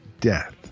death